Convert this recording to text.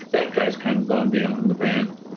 that guy's kind of gone beyond the bend.